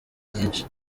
nyinshi